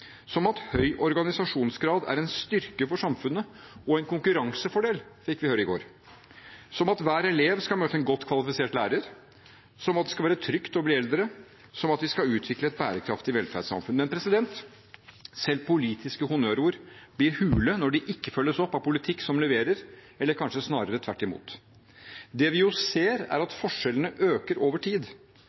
som at høy organisasjonsgrad er en styrke for samfunnet og en konkurransefordel – fikk vi høre i går – som at hver elev skal møte en godt kvalifisert lærer, som at det skal være trygt å bli eldre, som at vi skal utvikle et bærekraftig velferdssamfunn. Men selv politiske honnørord blir hule når de ikke følges opp av politikk som leverer, kanskje snarere tvert imot. Det vi ser, er at forskjellene øker over tid,